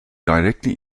directly